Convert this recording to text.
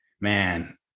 Man